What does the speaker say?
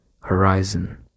horizon